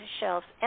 shelves